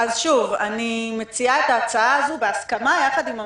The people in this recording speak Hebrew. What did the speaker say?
אני מציעה את ההצעה הזו בהסכמה יחד עם הממשלה.